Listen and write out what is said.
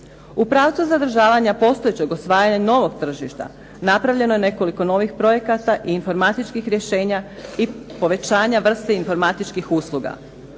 U pravcu zadržavanja postojećeg osvajanja novog tržišta napravljeno je nekoliko novih projekata i informatičkih rješenja i povećanja vrste informatičkih usluga.